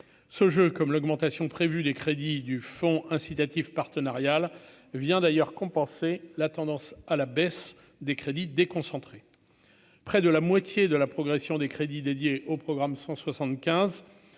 ce jeu comme l'augmentation prévue des crédits du fonds incitatifs partenarial vient d'ailleurs compenser la tendance à la baisse des crédits déconcentrés, près de la moitié de la progression des crédits dédiés au programme 175